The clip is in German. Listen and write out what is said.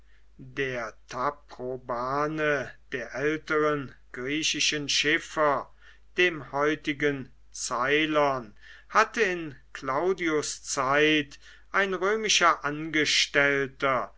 der taprobane der älteren griechischen schiffer dem heutigen ceylon hatte in claudius zeit ein römischer angestellter